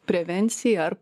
prevencija ar